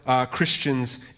Christians